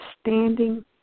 standing